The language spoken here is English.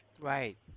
Right